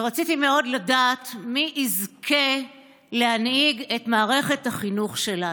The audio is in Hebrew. ורציתי מאוד לדעת מי יזכה להנהיג את מערכת החינוך שלנו.